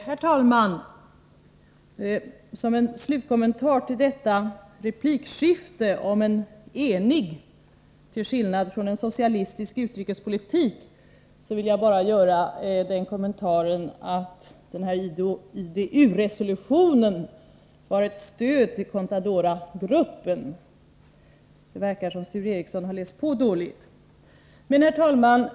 Herr talman! Såsom en slutkommentar till detta replikskifte om en enig — till skillnad från en socialistisk — utrikespolitik vill jag bara säga att IDU-resolutionen var ett stöd för Contadoragruppen. Det verkar som om Sture Ericson har läst på dåligt. Herr talman!